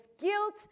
guilt